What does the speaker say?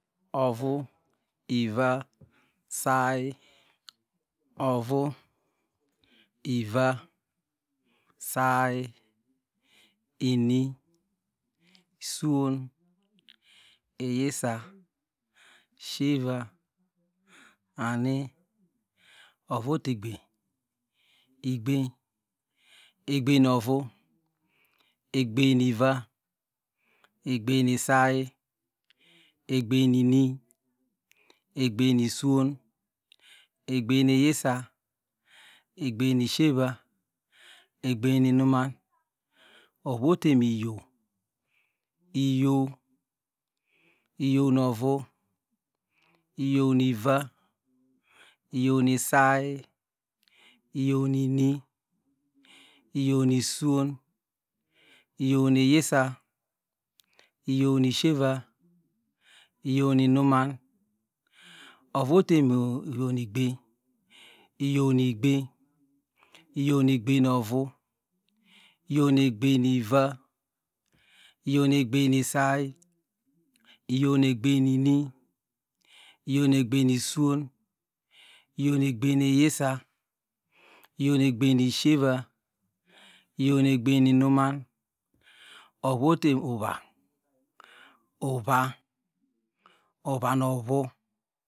Ovu iva say ovu iva say ini, swon iyisa sheva ani ovu otegbein egbem novu egbem nu iva egbem nu isay egbein nu ini egbein nu iswon egbein nu iyisa egbein nu ishieva egbein nu inunam ovo te mu iyow iyow iyow nu ovu iyow nu iva iyow nu isay iyow nu ini iyow nu iswon iyow nu iyisa iyow nu ishieva iyow nu inuman ovu otemu iyow nu igbein iyow nu igbein iyow nu egbem nu ovu iyow nu igbem nu iva iyow nu egbein nu isay iyow nu egbein nu ini iyow nu egbein nu isay iyow nu igbem nu ini iyow nu igbem nu iswon iyow nu egbem nu iyisa iyow nu igbem nu shreva iyaw nu igbem nu inuman ovu ote mu uva uva uva no vu